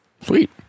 Sweet